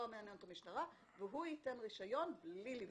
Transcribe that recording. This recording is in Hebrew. לא מעניין אותו המשטרה והוא ייתן רישיון בלי לבדוק.